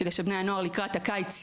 כדי שבני הנוער ידעו יותר לקראת הקיץ.